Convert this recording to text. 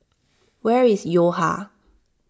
where is Yo Ha